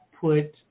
put